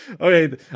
Okay